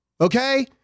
okay